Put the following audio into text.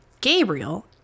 Gabriel